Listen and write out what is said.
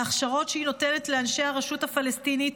וההכשרות שהיא נותנת לאנשי הרשות הפלסטינית